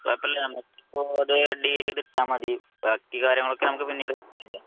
കുഴപ്പമില്ല നമുക്ക് ഇപ്പോൾ ഒരു അത് ഡീല് കിട്ടിയാൽ മതി ബാക്കി കാര്യങ്ങളൊക്കെ നമുക്ക് പിന്നീട് സംസാരിക്കാം